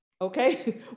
okay